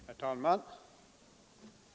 Herr talman!